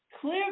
clear